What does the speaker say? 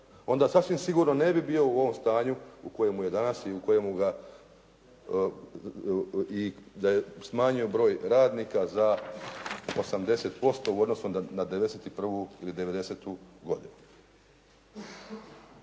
onda sasvim sigurno ne bi bio u ovom stanju u kojemu je danas i u kojemu ga i da je smanjen broj radnika za 80% u odnosu na 91. ili 90. godinu.